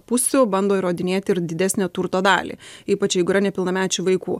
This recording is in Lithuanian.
pusių bando įrodinėti ir didesnę turto dalį ypač jeigu yra nepilnamečių vaikų